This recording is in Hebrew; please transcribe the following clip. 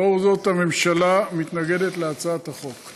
לאור זאת, הממשלה מתנגדת להצעת החוק.